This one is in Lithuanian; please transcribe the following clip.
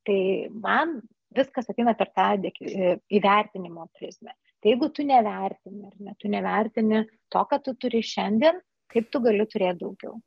tai man viskas ateina per tą dėkin įvertinimo prizmę tai jeigu tu nevertini ar ne tu nevertini to ką tu turi šiandien kaip tu gali turėt daugiau